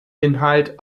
inhalt